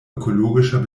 ökologischer